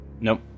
Nope